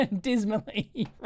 Dismally